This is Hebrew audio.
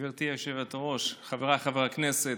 גברתי היושבת-ראש, חבריי חברי הכנסת,